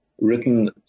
written